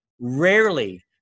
rarely